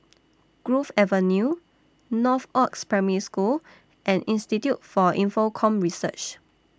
Grove Avenue Northoaks Primary School and Institute For Infocomm Research